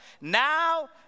now